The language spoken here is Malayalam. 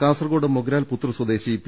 കാസർകോട് മൊഗ്രാൽ പുത്തൂർ സ്വദേശി പി